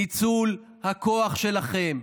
ניצול הכוח שלכם,